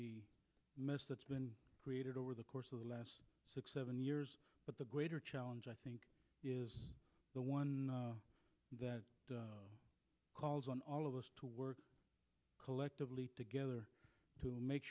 the mess that's been created over the course of the last six seven years but the greater challenge i think is the one that calls on all of us to work collectively together to make